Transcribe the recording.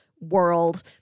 world